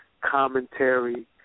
Commentary